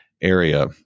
area